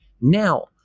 now